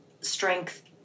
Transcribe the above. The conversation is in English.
strength